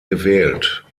gewählt